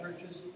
churches